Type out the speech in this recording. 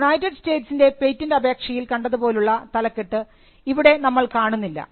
United സ്റ്റേറ്റ്സിൻറെ patent അപേക്ഷയിൽ കണ്ടത് പോലുള്ള തലക്കെട്ട് ഇവിടെ നമ്മൾ കാണുന്നില്ല